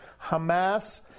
Hamas